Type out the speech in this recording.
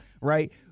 right